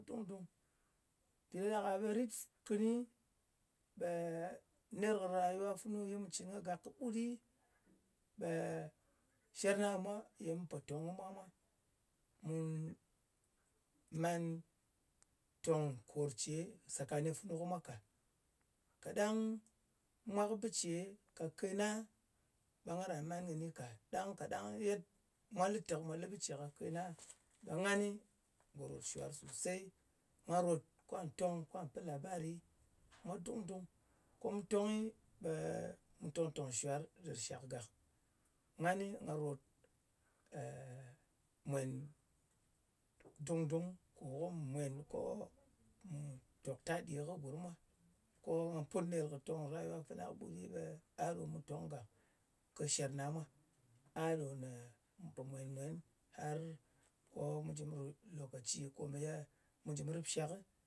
Dung-dūng. Mpì ɗa ɗak-a, ɓe rit kɨni, ɓe ner kɨ rayuwa ko me mu cɨn kagak kɨɓut ɗɨ, ɓe sher na mu po tong kɨ mwa mwa, ɓe mu man tong kor ce sakani funu kɨ mwa ka. Kaɗang mwa kɨ bɨ ce kake na, ɓe nga ran man kɨni ka. Ɗang kaɗang ye mwa lɨ te ko mwa lɨ bɨ ce kake na ɓe, ngan ngò ròt shwar sosey. Nga ròt kwà tong, kwà pɨ labari dung-dung. Ko mu tongɨ, ɓe mù tòng-tòng shwar dɨr shak gak. Ngani, nga ròt mwen dung-dung, kò ko mù mwen ko mù tòk taɗi kɨ gurm mwa. Ko nga put ner kɨ toǹg rayuwa fana kɨɓut, ɓe a ɗo mu tong gàk. Ko sher na mwa, a ɗo ne mu pò mwèn-mwen har ko mu jɨ mu ru lòkaci komeye mu jɨ mu rɨp shakɨ,